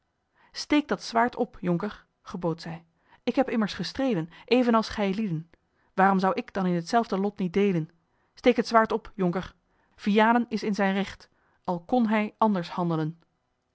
steek dat zwaard op jonker gebood zij ik heb immers gestreden evenals gijlieden waarom zou ik dan in hetzelfde lot niet deelen steek het zwaard op jonker vianen is in zijn recht al kon hij anders handelen